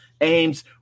aims